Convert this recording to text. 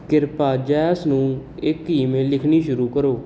ਕਿਰਪਾ ਜੈਸ ਨੂੰ ਇੱਕ ਈਮੇਲ ਲਿਖਣੀ ਸ਼ੁਰੂ ਕਰੋ